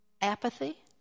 apathy